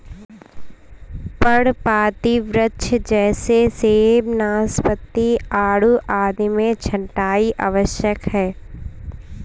पर्णपाती वृक्ष जैसे सेब, नाशपाती, आड़ू आदि में छंटाई आवश्यक है